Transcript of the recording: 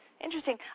Interesting